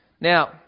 Now